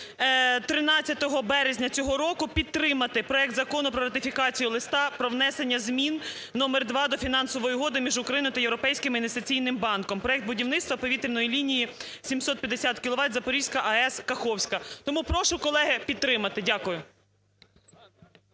13 березня цього року підтримати проект Закону про ратифікацію Листа про внесення змін № 2 до Фінансової угоди між Україною та Європейським інвестиційним банком (Проект "Будівництво повітряної лінії 750 кВ Запорізька АЕС - Каховська"). Тому прошу, колеги, підтримати. Дякую.